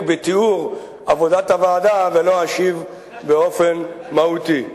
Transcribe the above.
בתיאור עבודת הוועדה ולא אשיב באופן מהותי.